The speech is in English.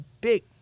big